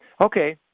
Okay